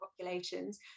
populations